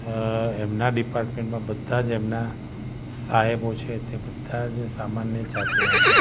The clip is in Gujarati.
એમના ડિપાર્ટમેન્ટમાં બધાજ એમના સાહેબો છે તે બધાજ સામન્ય જાતિના છે